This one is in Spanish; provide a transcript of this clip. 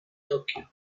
tokio